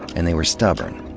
and they were stubborn.